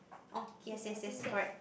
orh yes yes yes correct